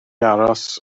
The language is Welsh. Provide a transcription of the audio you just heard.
aros